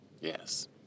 Yes